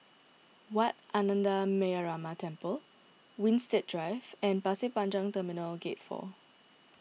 Wat Ananda Metyarama Temple Winstedt Drive and Pasir Panjang Terminal Gate four